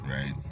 right